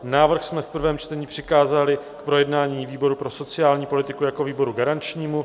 Návrh jsme v prvém čtení přikázali k projednání výboru pro sociální politiku jako výboru garančnímu.